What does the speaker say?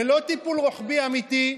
ללא טיפול רוחבי אמיתי,